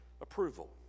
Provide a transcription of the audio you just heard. approval